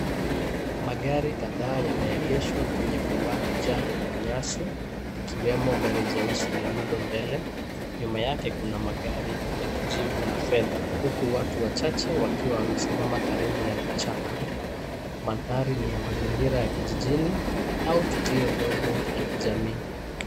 Magari kadhaa yameegeshwa kwenye uwanja wa nyasi. Ikiwemo gari nyeusi lililo mbele, nyuma yake kuna magari ya kijivu na fedha. Huku watu wachache wakiwa wamesimama karibu na vichaka. Mandhari ni ya mazingira ya kijijini, au tukio dogo la kijamii.